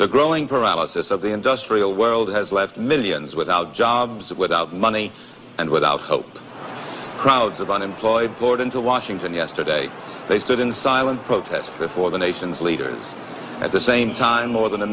the growing paralysis of the industrial world has left millions without jobs without money and without hope crowds of unemployed bored into washington yesterday they stood in silence protests before the nation's leaders at the same time more than a